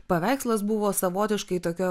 paveikslas buvo savotiškai tokia